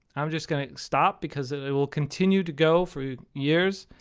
i'm just gonna stop because it will continue to go for years.